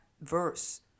verse